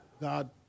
God